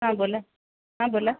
हां बोला हां बोला